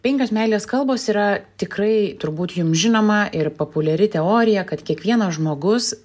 penkios meilės kalbos yra tikrai turbūt jums žinoma ir populiari teorija kad kiekvienas žmogus